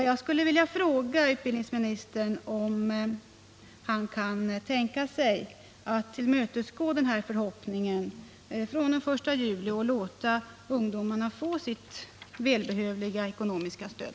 Jag skulle vilja fråga utbildningsministern om han kan tänka sig att tillmötesgå den här förhoppningen och låta ungdomarna från den 1 juli få detta välbehövliga ekonomiska stöd.